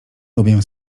lubię